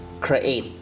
create